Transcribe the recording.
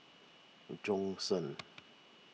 Bjorn Shen